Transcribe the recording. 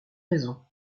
raisons